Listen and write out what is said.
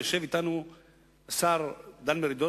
יושב אתנו השר דן מרידור,